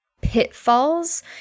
pitfalls